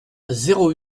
zéro